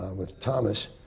with thomas.